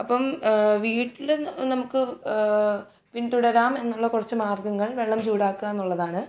അപ്പം വീട്ടിൽ നമുക്ക് പിന്തുടരാം എന്നുള്ള കുറച്ച് മാർഗങ്ങൾ വെള്ളം ചൂടാക്കുക എന്നുള്ളതാണ്